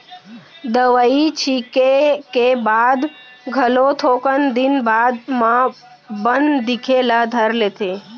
दवई छींचे के बाद घलो थोकन दिन बाद म बन दिखे ल धर लेथे